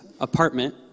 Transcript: apartment